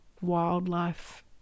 wildlife